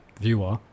viewer